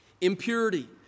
impurity